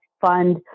fund